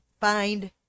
find